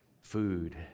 food